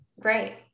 great